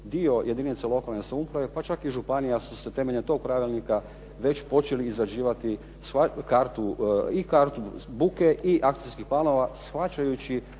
dio jedinica lokalne samouprave, pa čak i županija su se temeljem tog pravilnika već počeli izrađivati i kartu buke i akcijskih planova shvaćajući